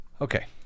Okay